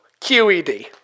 QED